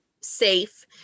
safe